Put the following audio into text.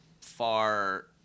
far